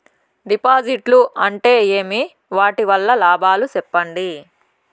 డిపాజిట్లు అంటే ఏమి? వాటి వల్ల లాభాలు సెప్పండి?